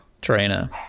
trainer